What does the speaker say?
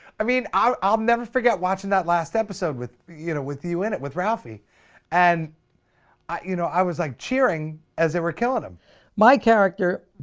i mean, i'll never forget watching that last episode with you know with you in it with ralphie and i you know i was like cheering as they were killing him my character